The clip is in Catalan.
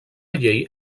llei